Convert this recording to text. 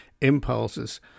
impulses